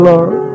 Lord